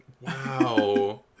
Wow